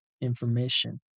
information